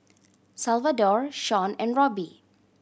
Salvador Shon and Robbie